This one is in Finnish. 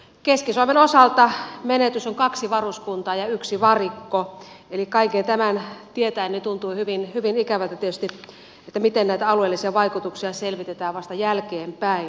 keski suomen osalta menetys on kaksi varuskuntaa ja yksi varikko eli kaiken tämän tietäen tuntuu tietysti hyvin ikävältä että näitä alueellisia vaikutuksia selvitetään vasta jälkeenpäin